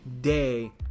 day